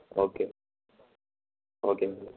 okay ஓகேங்க sir